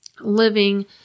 living